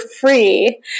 free